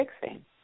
fixing